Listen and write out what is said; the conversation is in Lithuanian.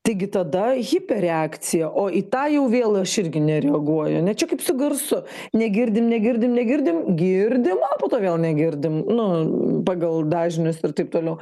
taigi tada hiperreakcija o į tą jau vėl aš irgi nereaguoju ne čia kaip su garsu negirdim negirdim negirdim girdim a po to vėl negirdim nu pagal dažnius ir taip toliau